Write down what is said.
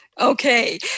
Okay